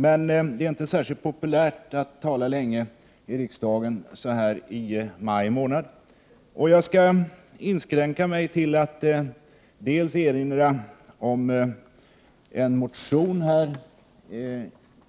Men det är inte särskilt populärt att tala länge i riksdagen i maj månad. Jag skall inskränka mig till att erinra om en motion, som jag har